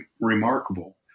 remarkable